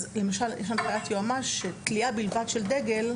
אז למשל יש הנחיית יועמ"ש שתלייה בלבד של דגל,